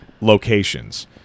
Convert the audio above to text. locations